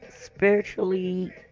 spiritually